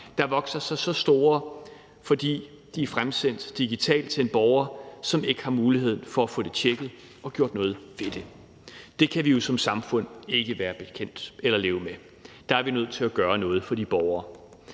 der vokser sig meget store, fordi de er fremsendt digitalt til en borger, som ikke har mulighed for at få det tjekket og gjort noget ved det. Det kan vi som samfund ikke være bekendt eller leve med. Der er vi nødt til at gøre noget for de borgere.